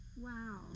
Wow